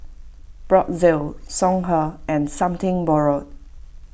Brotzeit Songhe and Something Borrowed